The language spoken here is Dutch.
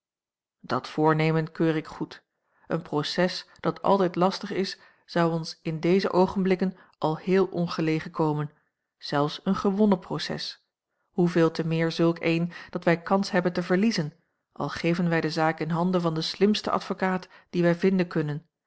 dat voornemen keur ik goed een proces dat altijd lastig is zou ons in deze oogenblikken al heel ongelegen komen zelfs een gewonnen proces hoeveel te meer zulk een dat wij kans hebben te verliezen al geven wij de zaak in handen van den slimsten advocaat dien wij vinden kunnen